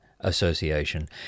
Association